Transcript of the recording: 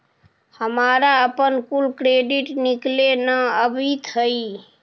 हमारा अपन कुल क्रेडिट निकले न अवित हई